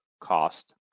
cost